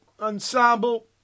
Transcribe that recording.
Ensemble